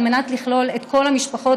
על מנת לכלול את כל המשפחות,